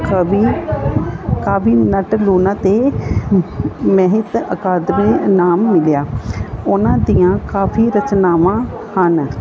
ਕਵੀ ਕਾਵਿ ਨਾਟਕ ਲੂਣਾ 'ਤੇ ਸਾਹਿਤ ਅਕਾਦਮੀ ਇਨਾਮ ਮਿਲਿਆ ਉਹਨਾਂ ਦੀਆਂ ਕਾਫ਼ੀ ਰਚਨਾਵਾਂ ਹਨ